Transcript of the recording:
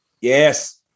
Yes